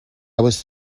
was